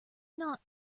not